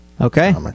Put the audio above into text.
okay